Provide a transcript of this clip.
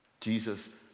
Jesus